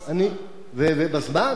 ובזמן.